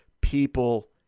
people